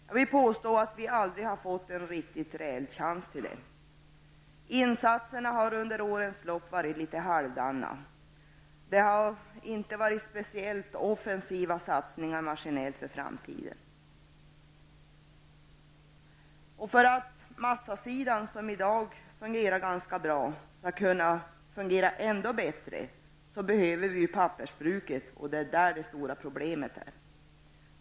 Jag vill påstå att vi aldrig har fått en rejäl chans till detta. Insatserna har under årens lopp varit litet halvdana. Det har inte gjorts speciellt offensiva satsningar maskinellt för framtiden. För att massafabriken, som i dag fungerar ganska bra, skall fungera ännu bättre behövs pappersbruket, det är där som det stora problemet ligger.